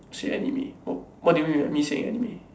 say anime what what do you mean by me saying anime